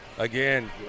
Again